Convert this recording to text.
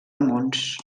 mons